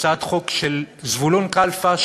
הצעת חוק של זבולון כלפה,